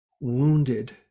wounded